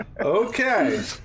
Okay